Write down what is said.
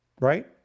right